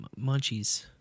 munchies